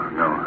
no